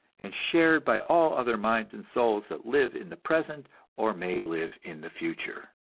and shared by all other minds and souls that live in the present or may live in the future.